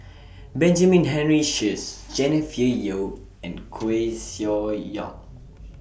Benjamin Henry Sheares Jennifer Yeo and Koeh Sia Yong